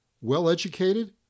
well-educated